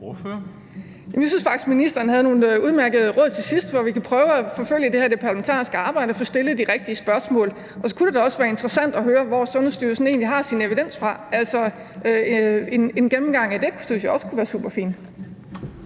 Jeg synes faktisk, ministeren havde nogle udmærkede råd til sidst om, at vi kan prøve at forfølge det her i det parlamentariske arbejde og få stillet de rigtige spørgsmål. Og så kunne det da også være interessant at høre, hvor Sundhedsstyrelsen egentlig har sin evidens fra – en gennemgang af det synes jeg også kunne være superfint.